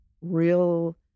real